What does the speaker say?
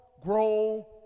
grow